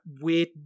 weird